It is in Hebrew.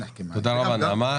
תודה רבה, נעמה.